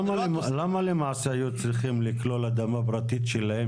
למה היו צריכים לכלול אדמה פרטית שלהם